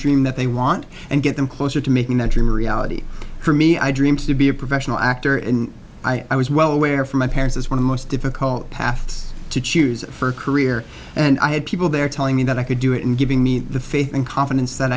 dream that they want and get them closer to making that dream a reality for me i dream to be a professional actor and i was well aware from my parents as one of the most difficult paths to choose for a career and i had people there telling me that i could do it and giving me the faith and confidence that